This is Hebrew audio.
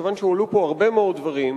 כיוון שהועלו פה הרבה מאוד דברים,